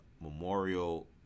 memorial